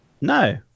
No